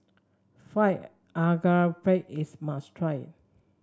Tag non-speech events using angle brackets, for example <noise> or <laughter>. fried <unintelligible> is must try